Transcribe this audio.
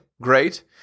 Great